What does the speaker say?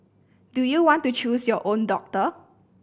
do you want to choose your own doctor